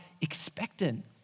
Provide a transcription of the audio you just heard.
expectant